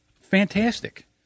fantastic